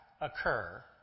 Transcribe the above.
occur